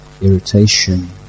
irritation